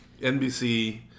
NBC